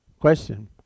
question